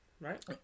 right